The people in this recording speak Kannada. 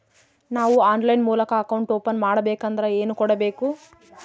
ನಾವು ಆನ್ಲೈನ್ ಮೂಲಕ ಅಕೌಂಟ್ ಓಪನ್ ಮಾಡಬೇಂಕದ್ರ ಏನು ಕೊಡಬೇಕು?